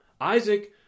Isaac